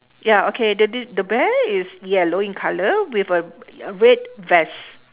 ya okay th~ th~ the bear is yellow in colour with a red vest